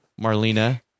Marlena